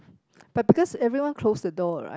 but because everyone close the door right